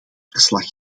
verslag